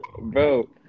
bro